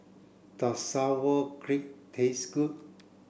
does Sauerkraut taste good